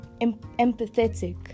empathetic